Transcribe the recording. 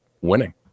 winning